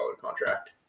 contract